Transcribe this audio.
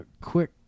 quick